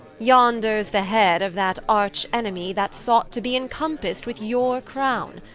yonders the head of that arch-enemy, that sought to be incompast with your crowne.